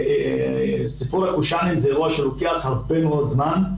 סיפור הקושאנים הוא אירוע שלוקח הרבה מאוד זמן,